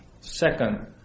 Second